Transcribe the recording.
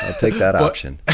ah take that option. ah